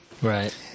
Right